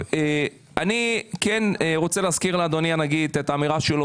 אני כן רוצה להזכיר לאדוני הנגיד את האמירה שלו